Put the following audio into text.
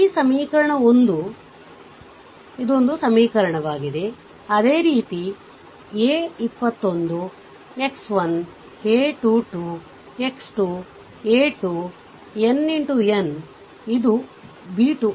ಈ ಸಮೀಕರಣ 1 ಒಂದು ಸಮೀಕರಣ ಅದೇ ರೀತಿa 21 x 1 a 2 2 x 2 a 2 n xn ಇದು b 2